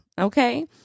Okay